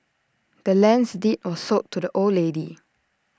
the land's deed was sold to the old lady